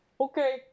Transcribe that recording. Okay